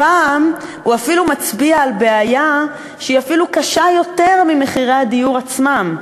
הפעם הוא אפילו מצביע על בעיה שהיא אפילו קשה יותר ממחירי הדיור עצמם.